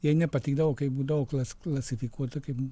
jai nepatikdavo kai būdavo klasi klasifikuota kaip